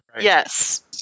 Yes